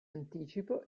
anticipo